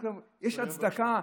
יש הצדקה.